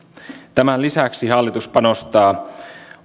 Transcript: tämän lisäksi hallitus panostaa